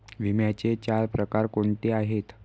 विम्याचे चार प्रकार कोणते आहेत?